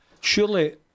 surely